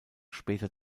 später